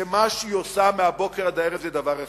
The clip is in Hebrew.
שמה שהיא עושה מהבוקר עד הערב זה דבר אחד,